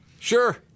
Sure